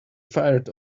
fired